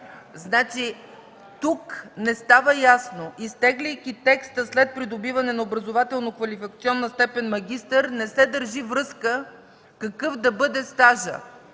ЦАЧЕВА: Тук не става ясно, изтегляйки текста, след придобиване на образователно-квалификационна степен „магистър”, не се държи връзка какъв да бъде стажът